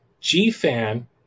G-Fan